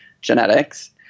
genetics